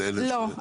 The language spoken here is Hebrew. לא.